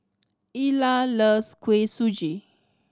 Illa loves Kuih Suji